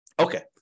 Okay